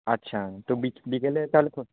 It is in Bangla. আচ্ছা তো বিক বিকেলে কাল খোলা